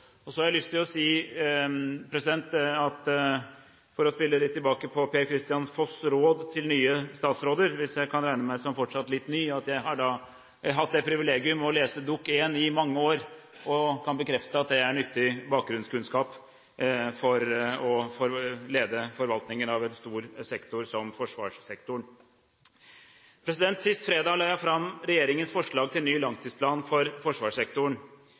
Så har jeg lyst til å si, for å spille litt tilbake når det gjelder Per-Kristian Foss’ råd til nye statsråder – hvis jeg fortsatt kan regne meg som litt ny – at jeg har hatt det privilegium å lese Dokument 1 i mange år, og jeg kan bekrefte at det er nyttig bakgrunnskunnskap for å lede forvaltningen av en stor sektor som forsvarssektoren. Sist fredag la jeg fram regjeringens forslag til ny langtidsplan for forsvarssektoren.